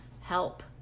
help